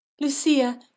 Lucia